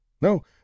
No